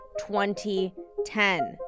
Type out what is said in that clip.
2010